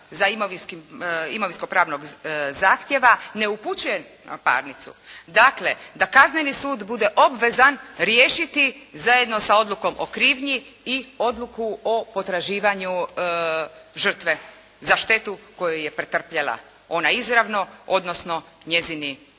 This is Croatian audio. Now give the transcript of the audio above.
za imovinsko-pravnog zahtjeva ne upućuje na parnicu. Dakle, da kazneni sud bude obvezan riješiti zajedno sa odlukom o krivnji i odluku o potraživanju žrtve za štetu koju je pretrpjela, ona izravno, odnosno njezini